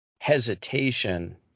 hesitation